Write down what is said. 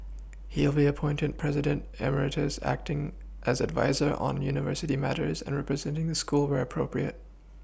he will be appointed president EMeritus acting as adviser on university matters and representing the school where appropriate